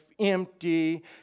empty